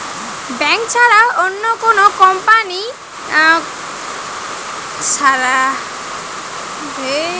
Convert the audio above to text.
Bank ছাড়া অন্য কোনো কোম্পানি থাকি কত টাকা লোন দিবে?